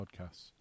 podcasts